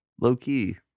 low-key